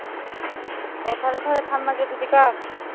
ꯑꯣ ꯐꯔꯦ ꯐꯔꯦ ꯊꯝꯃꯒꯦ ꯑꯗꯨꯗꯤꯀꯣ